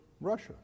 Russia